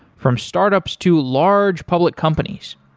from startups to large public companies.